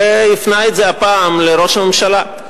והפנה את זה הפעם לראש הממשלה.